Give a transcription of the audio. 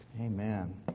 Amen